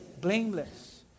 blameless